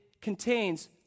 contains